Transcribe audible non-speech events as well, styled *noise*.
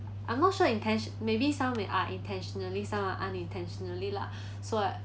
I'm not sure intentio~ maybe some may are intentionally and some are unintentionally lah *breath* so I